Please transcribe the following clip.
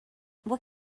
what